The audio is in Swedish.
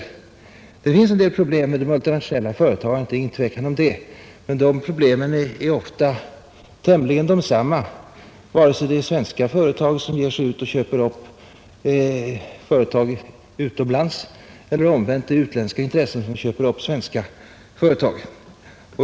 Det finns utan tvivel en del problem med de multinationella företagen, men dessa problem är ofta ungefär desamma, vare sig det är svenska företag som köper upp företag utomlands eller omvänt — utländska intressen som köper upp svenska företag.